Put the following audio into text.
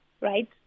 right